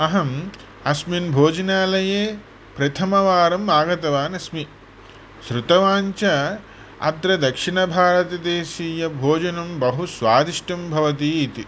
अहम् अस्मिन् भोजनालये प्रथमवारम् आगतवान् अस्मि श्रुतवान् च अत्र दक्षिणभारतदेशीयभोजनं बहु स्वादिष्टं भवति इति